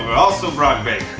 also brock baker.